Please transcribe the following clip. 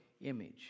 image